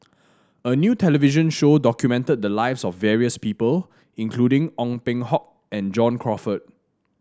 a new television show documented the lives of various people including Ong Peng Hock and John Crawfurd